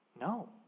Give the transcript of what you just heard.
no